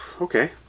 okay